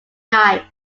night